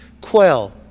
Quell